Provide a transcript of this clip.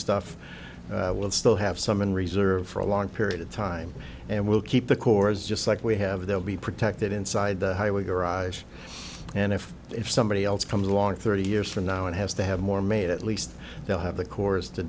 stuff we'll still have some in reserve for a long period of time and we'll keep the cores just like we have they'll be protected inside the highway garage and if if somebody else comes along thirty years from now and has to have more made at least they'll have the cores to